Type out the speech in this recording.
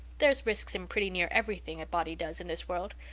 there's risks in pretty near everything a body does in this world.